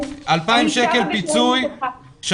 2,000 שקלים פיצוי,